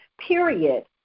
period